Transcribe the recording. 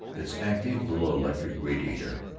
its active little electric radiator,